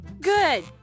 Good